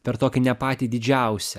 per tokį ne patį didžiausią